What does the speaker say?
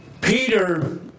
Peter